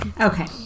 Okay